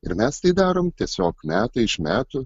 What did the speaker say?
ir mes tai darom tiesiog metai iš metų